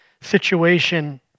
situation